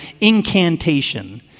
incantation